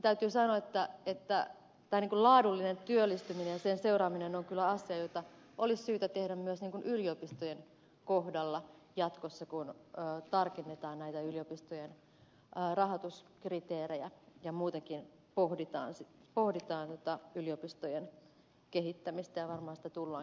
täytyy sanoa että laadullinen työllistyminen ja sen seuraaminen on kyllä asia jota olisi syytä tehdä myös yliopistojen kohdalla jatkossa kun tarkennetaan näitä yliopistojen rahoituskriteerejä ja muutenkin pohditaan yliopistojen kehittämistä ja varmaan sitä tullaankin tekemään